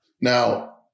Now